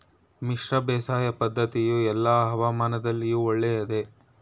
ಮಿಶ್ರ ಬೇಸಾಯ ಪದ್ದತಿಯು ಎಲ್ಲಾ ಹವಾಮಾನದಲ್ಲಿಯೂ ಒಳ್ಳೆಯದೇ?